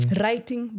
writing